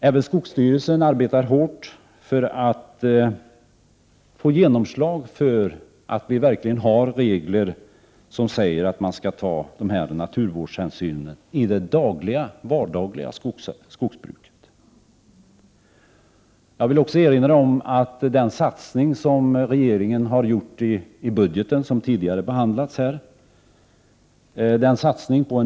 Även skogsstyrelsen arbetar hårt för att få genomslag för regler som verkligen säger att man skall ta dessa naturvårdshänsyn i det vardagliga skogsbruket. Jag vill också erinra om den satsning på utbildning av skogsägarna som regeringen har gjort i budgeten — som tidigare har behandlats här.